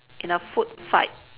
in a food fight